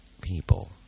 people